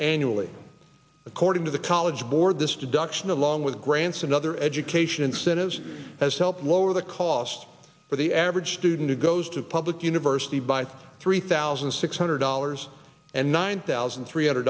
annually according to the college board this deduction along with grants and other education incentives has helped lower the cost for the average student who goes to a public university by three thousand six hundred dollars and nine thousand three hundred